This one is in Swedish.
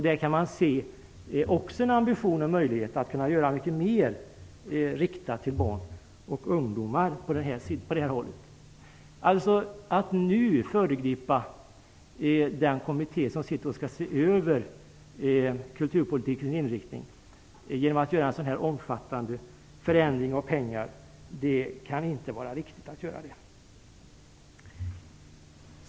Där ser man också en möjlighet att göra mer som är riktat till barn och ungdomar. Att nu föregripa den kommitté som skall se över kulturpolitikens inriktning kan inte vara riktigt.